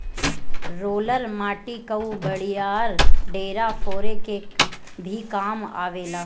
roller माटी कअ बड़ियार ढेला फोरे के भी काम आवेला